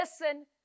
listen